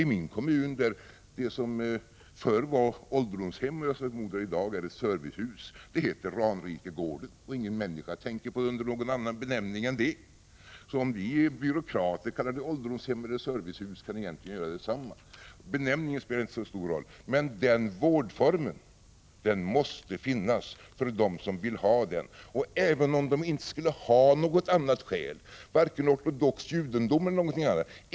Det som hemma i min kommun förr var ålderdomshem och som jag förmodar i dag är ett servicehus heter Ranrikegården, och ingen människa tänker på det under någon annan benämning. Så om vi byråkrater kallar det ålderdomshem eller servicehus kan egentligen göra detsamma — benämningen spelar inte så stor roll. Men denna vårdform måste finnas för dem som vill ha den. Även om de inte skulle ha något annat skäl — ortodox judendom e. d.